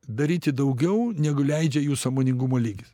daryti daugiau negu leidžia jų sąmoningumo lygis